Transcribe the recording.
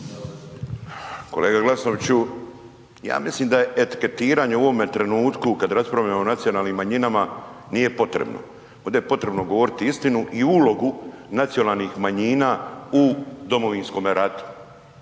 Kolega Glasnoviću, ja mislim da je etiketiranje u ovom trenutku kad raspravljamo o nacionalnim manjinama, nije potrebno. Ovdje potrebno govoriti istinu i ulogu nacionalnih manjina u Domovinskome ratu,